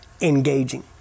engaging